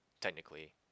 technically